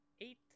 eight